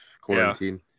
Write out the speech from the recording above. quarantine